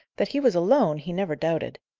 that he was alone, he never doubted.